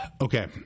okay